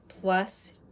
plus